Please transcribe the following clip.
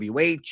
WH